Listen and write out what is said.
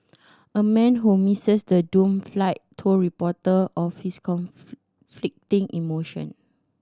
a man who the doomed flight told reporter of his emotion